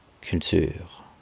culture